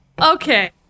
Okay